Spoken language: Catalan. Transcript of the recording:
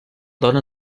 dóna